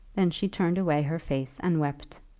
then she turned away her face and wept.